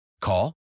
Call